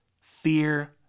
fear